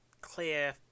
clear